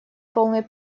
полной